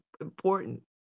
important